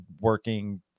working